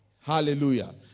hallelujah